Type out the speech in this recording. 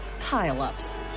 Pile-ups